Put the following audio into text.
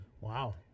wow